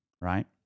right